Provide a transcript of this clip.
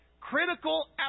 critical